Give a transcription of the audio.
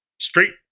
straight